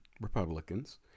Republicans